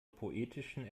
poetischen